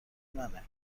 منه